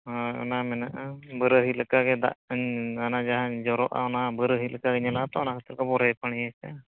ᱦᱮᱸ ᱚᱱᱟ ᱢᱮᱱᱟᱜᱼᱟ ᱵᱟᱹᱨᱟᱹᱦᱤ ᱞᱮᱠᱟᱜᱮ ᱫᱟᱜ ᱚᱱᱟ ᱡᱟᱦᱟᱸ ᱡᱚᱨᱚᱜᱼᱟ ᱚᱱᱟ ᱵᱟᱹᱨᱟᱹᱦᱤ ᱞᱮᱠᱟ ᱧᱮᱞᱚᱜᱼᱟᱛᱚ ᱚᱱᱟ ᱦᱚᱛᱮᱛᱮ ᱵᱟᱹᱨᱟᱹᱦᱤᱯᱟᱱᱤᱭ ᱟᱠᱟᱫᱟ